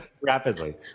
rapidly